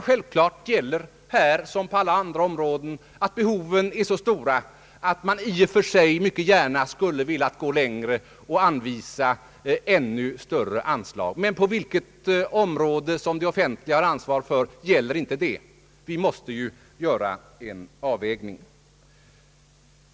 Självklart gäller dock här — som på alla andra områden — att behoven är så stora att man i och för sig skulle vilja gå längre och anvisa ännu större anslag. Men på vilket område av den offentliga sektorn gäller inte detta? Vi måste göra en avvägning.